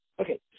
Okay